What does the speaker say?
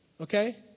okay